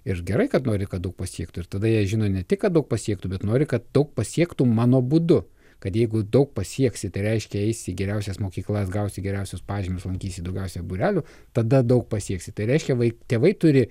ir gerai kad nori kad daug pasiektų ir tada jie žino ne tik kad daug pasiektų bet nori kad daug pasiektm mano būdu kad jeigu daug pasieksi tai reiškia eisi į geriausias mokyklas gausi geriausius pažymius lankysi daugiausia būrelių tada daug pasieksi tai reiškia vai tėvai turi